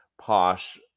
posh